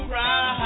right